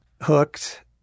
hooked